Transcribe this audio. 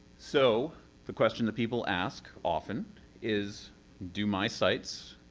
so the question that people ask often is do my sites,